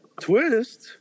Twist